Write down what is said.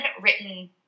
written